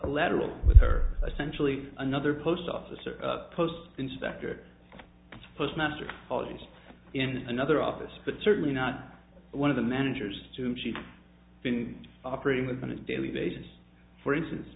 lateral with her a centrally another post office or post inspector postmaster college in another office but certainly not one of the managers to me she's been operating within a daily basis for instance